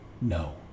No